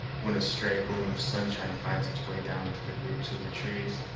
when a stray gleam of sunshine finds its way down to the roots of the trees.